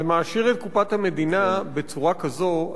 זה מעשיר את קופת המדינה בצורה כזאת,